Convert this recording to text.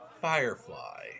Firefly